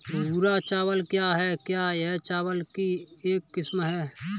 भूरा चावल क्या है? क्या यह चावल की एक किस्म है?